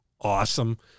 awesome